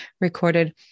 recorded